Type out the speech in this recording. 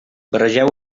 barregeu